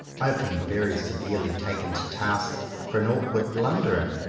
i have been very severely taken to task for an awkward blunderer,